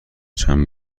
چند